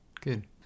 good